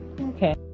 okay